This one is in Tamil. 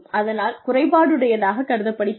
அதனால் குறைபாடுடையதாக கருதப்படுகிறது